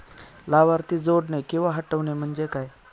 लाभार्थी जोडणे किंवा हटवणे, म्हणजे काय?